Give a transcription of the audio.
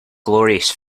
glorious